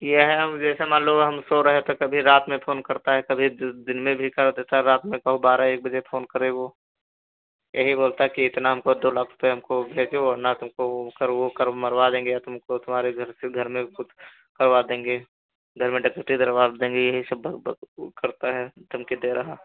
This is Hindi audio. ये है जैसे मान लो हम सो रहे तो कभी रात में फोन करता है कभी दि दिन में भी कर देता है रात में कहूँ बारह एक बजे फोने करेगो यही बोलता कि इतना हमको दो लाख रुपये हमको वर्ना तुमको सर वो ओ कर मरवा देंगे और तुमको तुम्हारे घर से घर में घुस करवा देंगे घर में डकैती डरवा देंगे यही सब बक बक करता है धमकी दे रहा है